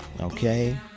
Okay